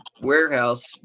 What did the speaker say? warehouse